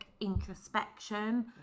introspection